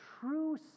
true